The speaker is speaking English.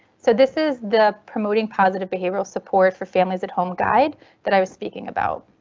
so this is the promoting positive behavioral support for families at home guide that i was speaking about.